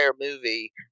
movie